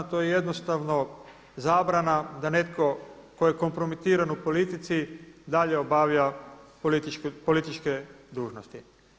To je jednostavno zabrana da netko tko je kompromitiran u politici dalje obavlja političke dužnosti.